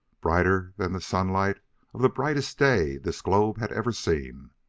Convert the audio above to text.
brighter than the sunlight of the brightest day this globe had ever seen,